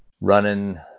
running